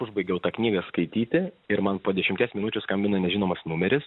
užbaigiau tą knygą skaityti ir man po dešimties minučių skambina nežinomas numeris